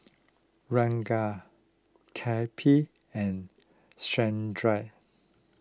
Ranga Kapil and Chandra